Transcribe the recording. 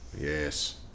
Yes